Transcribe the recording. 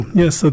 yes